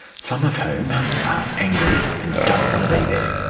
some of whom are angry and don't want to be there.